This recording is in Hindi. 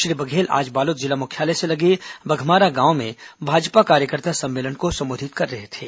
श्री बघेल आज बालोद जिला मुख्यालय से लगे बघमारा गांव में भाजपा कार्यकर्ता सम्मेलन को संबोधित कर रहे थे